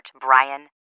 Brian